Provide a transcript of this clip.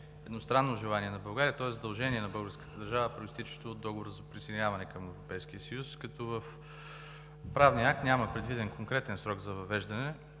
едностранно желание на България, то е задължение на българската държава, произтичащо от Договора за присъединяване към Европейския съюз, като в правния акт няма предвиден конкретен срок за въвеждане.